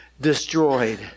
destroyed